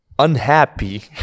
Unhappy